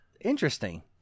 Interesting